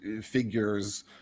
figures